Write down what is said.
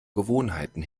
gewohnheiten